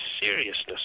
seriousness